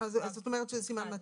זאת אומרת שהסימן מתאים.